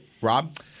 Rob